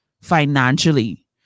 financially